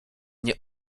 nie